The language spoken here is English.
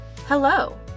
Hello